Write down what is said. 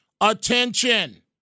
attention